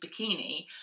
bikini